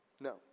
No